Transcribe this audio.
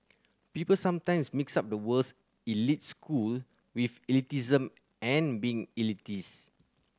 people sometimes mix up the words elite school with elitism and being elitist